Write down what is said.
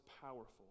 powerful